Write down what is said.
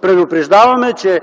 предупреждаваме, че